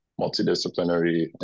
multidisciplinary